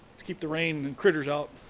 to keep the rain and critters out